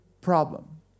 problem